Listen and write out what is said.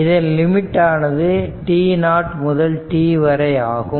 இதன் லிமிட் ஆனது t0 முதல் t வரை ஆகும்